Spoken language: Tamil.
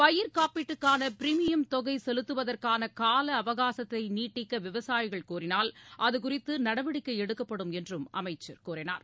பயிர்க்காப்பீட்டுக்கானபிரிமியம் தொகைசெலுத்துவதற்கானகாலஅவகாசத்தைநீட்டிக்கவிவசாயிகள் கோரினால் அதுகுறித்துநடவடிக்கைஎடுக்கப்படும் என்றும் அமைச்சர் கூறினார்